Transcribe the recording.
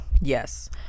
yes